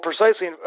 precisely